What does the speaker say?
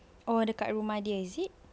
oh the dekat rumah dia is it